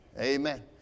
Amen